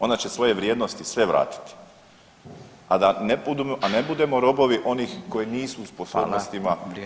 Ona će svoje vrijednosti sve vratiti, a da ne budemo robovi onih koji nisu u sposobnostima